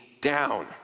down